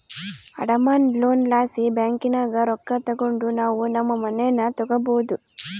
ಅಡಮಾನ ಲೋನ್ ಲಾಸಿ ಬ್ಯಾಂಕಿನಾಗ ರೊಕ್ಕ ತಗಂಡು ನಾವು ನಮ್ ಮನೇನ ತಗಬೋದು